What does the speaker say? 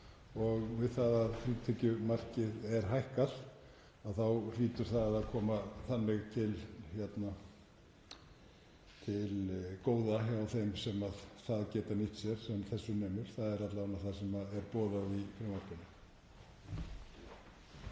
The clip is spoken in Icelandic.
Við það að frítekjumarkið er hækkað þá hlýtur það að koma til góða þeim sem það geta nýtt sér sem þessu nemur. Það er alla vega það sem er boðað í frumvarpinu.